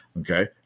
Okay